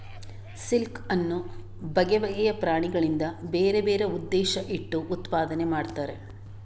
silk ಅನ್ನು ಬಗೆ ಬಗೆಯ ಪ್ರಾಣಿಗಳಿಂದ ಬೇರೆ ಬೇರೆ ಉದ್ದೇಶ ಇಟ್ಟು ಉತ್ಪಾದನೆ ಮಾಡ್ತಾರೆ